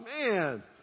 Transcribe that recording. man